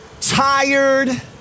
Tired